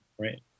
right